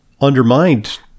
undermined